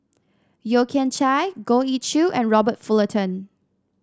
Yeo Kian Chai Goh Ee Choo and Robert Fullerton